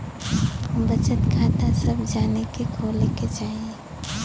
बचत खाता सभ जानी के खोले के चाही